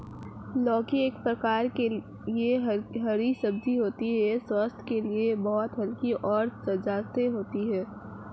लौकी एक प्रकार की हरी सब्जी होती है यह स्वास्थ्य के लिए बहुत हल्की और सुपाच्य होती है